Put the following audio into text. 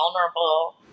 vulnerable